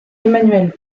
emmanuel